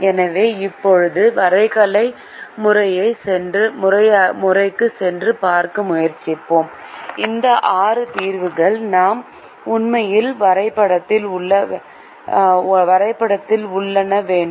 எனவே இப்போது வரைகலை முறைக்குச் சென்று பார்க்க முயற்சிப்போம் இந்த ஆறு தீர்வுகள் நாம் உண்மையில் வரைபடத்தில் உள்ளன வேண்டும்